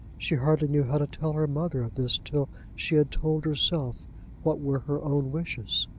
she hardly knew how to tell her mother of this till she had told herself what were her own wishes.